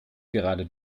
gerade